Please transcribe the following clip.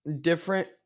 Different